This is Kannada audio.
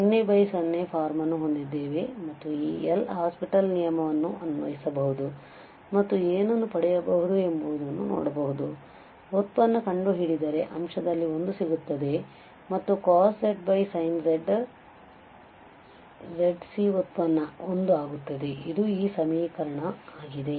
ಆದ್ದರಿಂದ00 ಫಾರ್ಮ್ ಅನ್ನು ಹೊಂದಿದ್ದೇವೆ ಮತ್ತು ಈ L ಹಾಸ್ಪಿಟಲ್ ನಿಯಮವನ್ನು LHospital rule ಅನ್ವಯಿಸಬಹುದು ಮತ್ತು ಏನನ್ನು ಪಡೆಯಬಹುದು ಎಂಬುದನ್ನು ನೋಡಬಹುದು ವ್ಯುತ್ಪನ್ನ ಕಂಡುಹಿಡಿದರೆ ಅಂಶದಲ್ಲಿ 1 ಸಿಗುತ್ತದೆ ಮತ್ತು cos z sin z z C ವ್ಯುತ್ಪನ್ನ 1 ಆಗುತ್ತದೆ ಇದು ಈ ಸಮೀಕರಣ ಆಗಿದೆ